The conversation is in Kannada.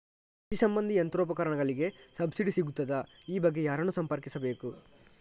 ಕೃಷಿ ಸಂಬಂಧಿ ಯಂತ್ರೋಪಕರಣಗಳಿಗೆ ಸಬ್ಸಿಡಿ ಸಿಗುತ್ತದಾ? ಈ ಬಗ್ಗೆ ಯಾರನ್ನು ಸಂಪರ್ಕಿಸಬೇಕು?